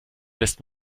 lässt